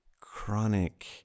chronic